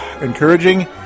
encouraging